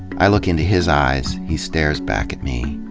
i look into his eyes, he stares back at me.